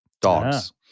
dogs